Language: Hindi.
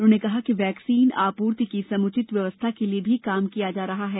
उन्होंने कहा कि वैक्सीन आपूर्ति की समुचित व्यवस्था के लिए भी काम किया जा रहा है